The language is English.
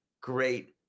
great